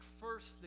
first